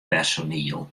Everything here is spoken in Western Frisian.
personiel